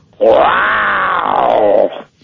wow